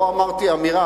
לא אמרתי "אמירה".